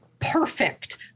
perfect